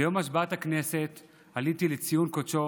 ביום השבעת הכנסת עליתי לציון קודשו